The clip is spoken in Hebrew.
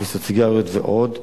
חפיסות סיגריות ועוד.